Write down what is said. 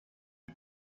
but